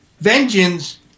vengeance